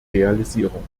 realisierung